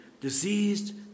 diseased